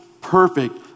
perfect